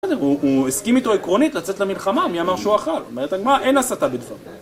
הוא הסכים איתו עקרונית לצאת למלחמה, מי אמר שהוא אכל, מה אין עשתה בדבר